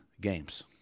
games